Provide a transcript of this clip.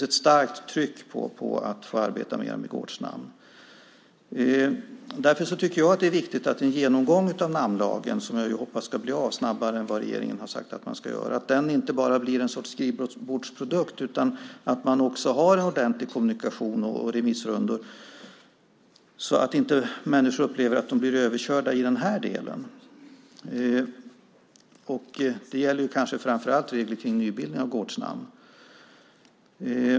Trycket att få arbeta mer med gårdsnamn är starkt. Därför tycker jag att det är viktigt att en genomgång av namnlagen, som jag hoppas ska ske snabbare än vad regeringen sagt, inte bara blir en skrivbordsprodukt utan att man också har en ordentlig kommunikation och remissrundor så att människor inte upplever att de blir överkörda i den delen. Det gäller kanske framför allt reglerna kring nybildandet av gårdsnamn.